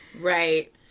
Right